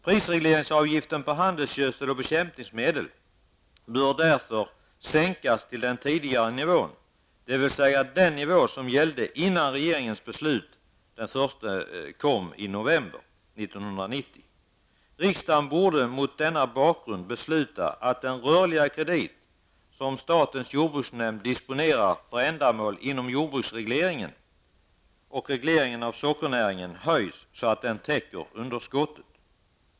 Prisregleringsavgiften på handelsgödsel och bekämpningsmedel bör därför sänkas till den tidigare nivån, dvs. den nivå som gällde innan regeringen kom med sitt beslut den 1 november Riksdagen borde med denna bakgrund besluta att den rörliga kredit som statens jordbruksnämnd disponerar för ändamålet inom jordbruksregleringen och regleringen av sockernäringen höjs så att den täcker underskottet.